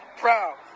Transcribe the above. proud